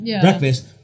breakfast